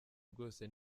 rwose